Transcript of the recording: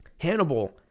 Hannibal